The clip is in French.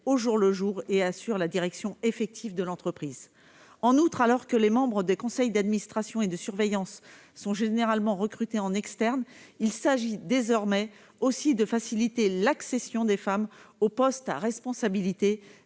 opérationnelles et assurent la direction effective de l'entreprise. En outre, alors que les membres des conseils d'administration et de surveillance sont généralement recrutés en externe, il s'agit désormais aussi de faciliter, pour les femmes, l'accession